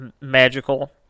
magical